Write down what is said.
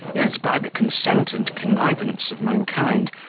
is, by the consent and connivance of mankind,